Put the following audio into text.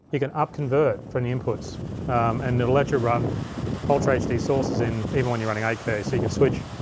you can upconvert from the inputs and it'll let you run ultra hd sources in even when you're running eight k so you can switch,